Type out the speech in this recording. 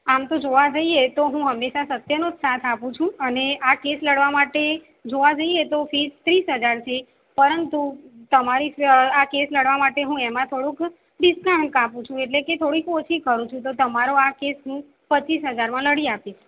આમ તો જોવા જઈએ તો હું હંમેશા સત્યનો જ સાથ આપું છું અને આ કેસ લડવા માટે જોવા જઈએ તો ફીસ ત્રીસ હજાર છે પરંતુ તમારી સ આ કેસ લડવા માટે હું એમાં થોડુક ડિસ્કાઉન્ટ કાપું છું એટલે કે થોડીક ઓછી કરું છું તો તમારો આ કેસ હું પચીસ હજારમાં લડી આપીશ